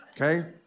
Okay